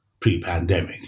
pre-pandemic